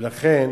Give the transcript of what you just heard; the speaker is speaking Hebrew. לכן